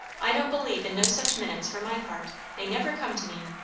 i don't believe in no such minutes, for my part. they never come to me.